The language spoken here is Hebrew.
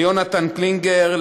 ליונתן קלינגקר,